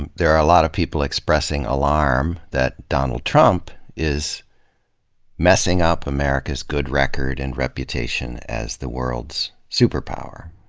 and there are a lot of people expressing alarm that donald trump is messing up america's good record and reputation as the world's superpower,